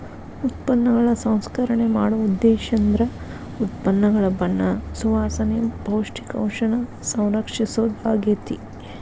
ಉತ್ಪನ್ನಗಳ ಸಂಸ್ಕರಣೆ ಮಾಡೊ ಉದ್ದೇಶೇಂದ್ರ ಉತ್ಪನ್ನಗಳ ಬಣ್ಣ ಸುವಾಸನೆ, ಪೌಷ್ಟಿಕಾಂಶನ ಸಂರಕ್ಷಿಸೊದಾಗ್ಯಾತಿ